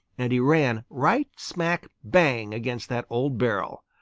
and he ran right smack bang against that old barrel.